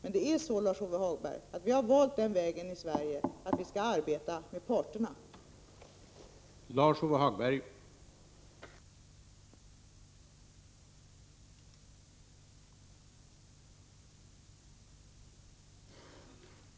Vi har, Lars-Ove Hagberg, valt den vägen i Sverige att vi arbetar med parterna på arbetsmarknaden.